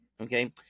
Okay